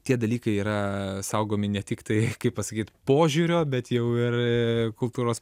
tie dalykai yra saugomi ne tik tai kaip pasakyt požiūrio bet jau ir kultūros